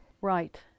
Right